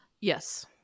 Yes